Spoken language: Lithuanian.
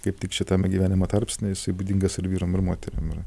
kaip tik šitame gyvenimo tarpsny jisai būdingas ir vyram ir moterim yra